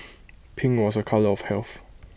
pink was A colour of health